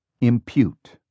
impute